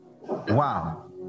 wow